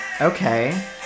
okay